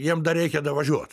jiem dar reikia davažiuot